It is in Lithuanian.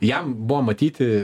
jam buvo matyti